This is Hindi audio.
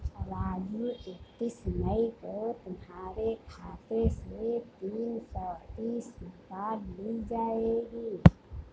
राजू इकतीस मई को तुम्हारे खाते से तीन सौ तीस निकाल ली जाएगी